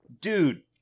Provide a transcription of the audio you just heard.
Dude